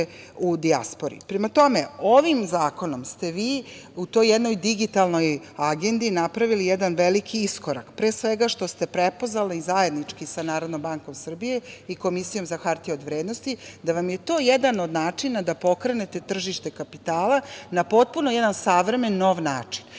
u dijaspori. Prema tome, ovim zakonom ste vi u toj jednoj digitalnoj agendi napravili jedan veliki iskorak, pre svega što ste prepoznali i zajednički sa NBS i Komisijom za hartije od vrednosti da vam je to jedan od načina da pokrenete tržište kapitala na potpuno jedan savremen, nov način.